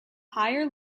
higher